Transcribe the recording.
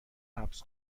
حبس